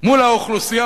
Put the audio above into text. מול האוכלוסייה,